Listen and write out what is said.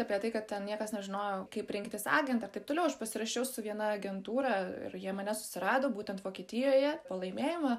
apie tai kad ten niekas nežinojo kaip rinktis agentą ir taip toliau aš pasirašiau su viena agentūra ir jie mane susirado būtent vokietijoje po laimėjimo